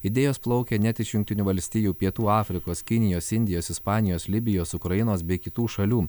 idėjos plaukė net iš jungtinių valstijų pietų afrikos kinijos indijos ispanijos libijos ukrainos bei kitų šalių